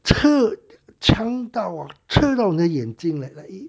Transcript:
车呛到我刺到你的眼睛眼泪